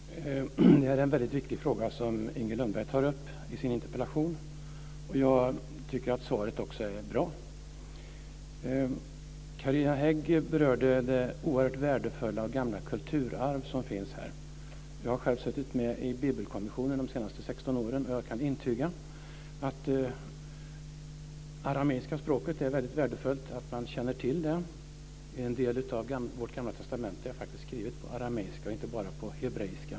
Fru talman! Det är en väldigt viktig fråga som Inger Lundberg tar upp i sin interpellation. Jag tycker att svaret är bra. Carina Hägg berörde det oerhört värdefulla och gamla kulturarv som finns här. Jag har själv suttit med i Bibelkommissionen de senaste 16 åren, och jag kan intyga att det är väldigt värdefullt att man känner till det arameiska språket. En del av vårt gamla testamente är faktiskt skrivet på arameiska och inte bara på hebreiska.